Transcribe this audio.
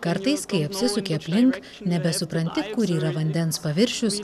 kartais kai apsisuki aplink nebesupranti kur yra vandens paviršius